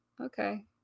Okay